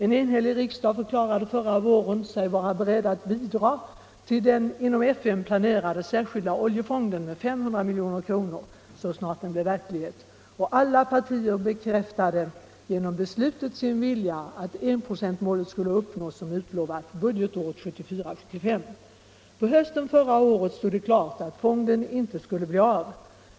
En enhällig riksdag förklarade sig förra våren beredd att bidra till den inom FN planerade särskilda oljefonden med 500 milj.kr. så snart den blir verklighet, och alla partier bekräftade genom beslutet sin vilja att enprocentsmålet skulle uppnås, som utlovat, budgetåret 1974/75. På hösten förra året stod det klart att fonden inte skulle bli av.